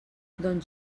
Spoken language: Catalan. doncs